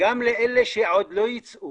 גם לאלה שעוד לא ייצאו